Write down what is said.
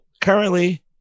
currently